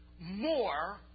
more